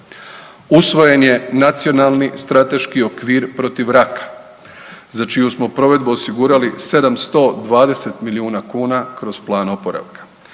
Usvojen je Nacionalni strateški okvir protiv raka, za čiju smo provedbu osigurali 720 milijuna kuna kroz Plan oporavka.